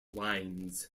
wines